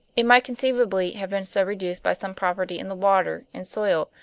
it might conceivably have been so reduced by some property in the water and soil,